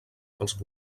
pels